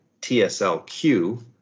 TSLQ